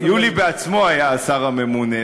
יולי בעצמו היה השר הממונה,